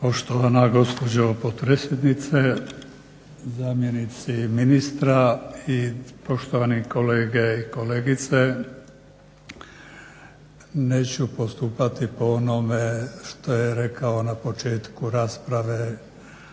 Poštovana gospođo potpredsjednice, zamjenice ministra i poštovani kolege i kolegice neću postupati po onome što je rekao na početku rasprave